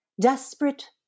desperate